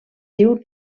diu